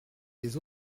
des